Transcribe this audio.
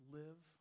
live